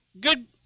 good